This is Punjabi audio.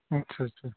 ਅੱਛਾ ਅੱਛਾ